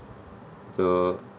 so